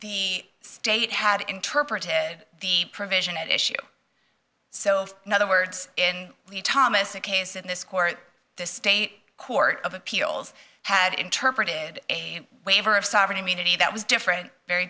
the state had interpreted the provision at issue so in other words in thomas a case in this court the state court of appeals had interpreted a waiver of sovereign immunity that was different very